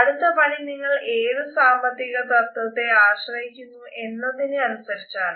അടുത്ത പടി നിങ്ങൾ ഏത് സാമ്പത്തിക തത്വത്തെ ആശ്രയിക്കുന്നു എന്നതിനെ അനുസരിച്ചാണ്